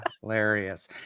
Hilarious